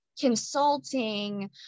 consulting